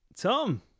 Tom